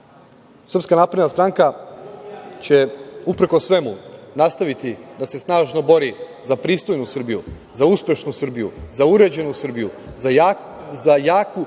napredna stranka će uprkos svemu nastaviti da se snažno bori za pristojnu Srbiju, za uspešnu Srbiju, za uređenu Srbiju, za jaku